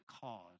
cause